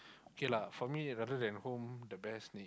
okay lah for me rather than home the best